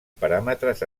paràmetres